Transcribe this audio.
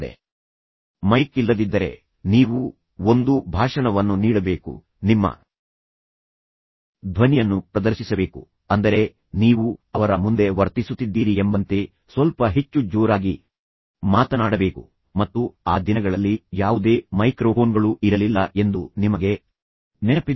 mic ಇಲ್ಲದಿದ್ದರೆ ಮತ್ತು ನಂತರ ನೀವು ಪರಿಸ್ಥಿತಿಯನ್ನು ಎದುರಿಸಬೇಕಾದರೆ ನೀವು ಒಂದು ಭಾಷಣವನ್ನು ನೀಡಬೇಕು ನಿಮ್ಮ ಧ್ವನಿಯನ್ನು ಪ್ರದರ್ಶಿಸಬೇಕು ಅಂದರೆ ನೀವು ಅವರ ಮುಂದೆ ವರ್ತಿಸುತ್ತಿದ್ದೀರಿ ಎಂಬಂತೆ ಸ್ವಲ್ಪ ಹೆಚ್ಚು ಜೋರಾಗಿ ಮಾತನಾಡಬೇಕು ನೀವು ವೇದಿಕೆಯಲ್ಲಿದ್ದೀರಿ ಮತ್ತು ನಂತರ ಆ ದಿನಗಳಲ್ಲಿ ಯಾವುದೇ ಮೈಕ್ರೊಫೋನ್ಗಳು ಇರಲಿಲ್ಲ ಎಂದು ನಿಮಗೆ ನೆನಪಿದೆ